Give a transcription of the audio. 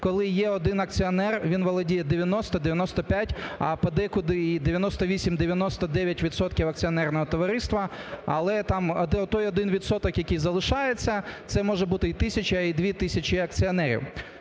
коли є один акціонер, він володіє 90-95, а подекуди і 98-99 відсотків акціонерного товариства, але там той один відсоток, який залишається, це може бути і тисяча, і дві тисячі акціонерів.